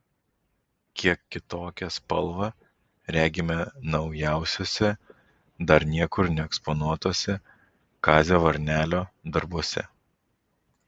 kiek kitokią spalvą regime naujausiuose dar niekur neeksponuotuose kazio varnelio darbuose